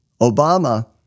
Obama